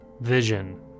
vision